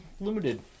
limited